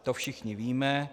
To všichni víme.